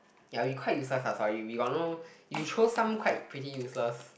ya we quite useless lah sorry we got no you throw some quite pretty useless